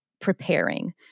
preparing